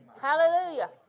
Hallelujah